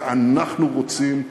כי אנחנו רוצים להרגיע,